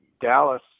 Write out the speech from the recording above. Dallas